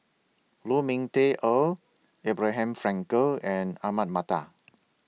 Lu Ming Teh Earl Abraham Frankel and Ahmad Mattar